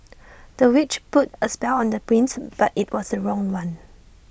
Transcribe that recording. the witch put A spell on the prince but IT was the wrong one